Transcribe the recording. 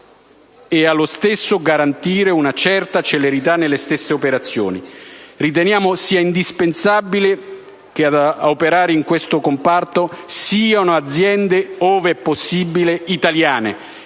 e allo stesso tempo garantire una certa celerità nelle stesse operazioni. Riteniamo sia indispensabile che ad operare in questo comparto siano aziende ove possibile italiane